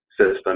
system